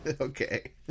okay